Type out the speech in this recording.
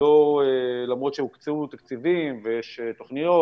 ולמרות שהוקצו תקציבים ויש תוכניות